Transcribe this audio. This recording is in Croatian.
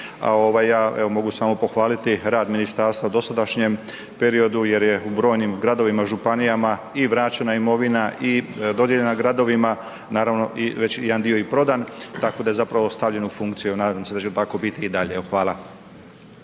evo mogu samo pohvaliti rad ministarstva u dosadašnjem periodu jer je u brojnim gradovima, županijama i vraćena imovina i dodijeljena gradovima, naravno već jedan dio i prodat tako da je zapravo stavljen u funkciju. Nadam se da će tako biti i dalje. Evo